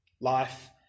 Life